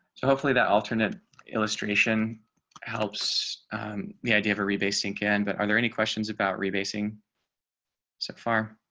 so hopefully that alternate illustration helps the idea of a rebasing can, but are there any questions about rebasing so far.